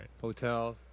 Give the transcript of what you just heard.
hotel